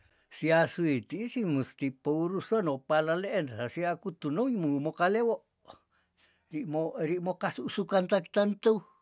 Siasuiti ih si musti pourese no palaleen hesia kutuno mu- mukalewo ri mo- ri mo kasu sukanta kitan teuh, deh.